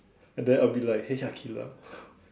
and then I'll be like hey Aqilah